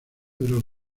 pero